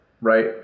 Right